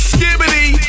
Skibbity